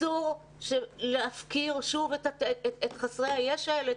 אסור להפקיר שוב את חסרי הישע האלה,